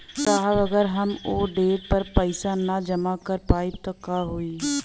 साहब अगर हम ओ देट पर पैसाना जमा कर पाइब त का होइ?